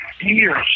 years